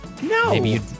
No